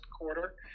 quarter